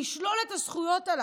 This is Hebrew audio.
לשלול את הזכויות הללו.